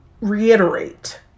reiterate